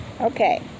Okay